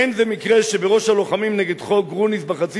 אין זה מקרה שבראש הלוחמים נגד חוק גרוניס בחצי